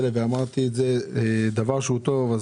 ואמרתי שדבר שהוא טוב,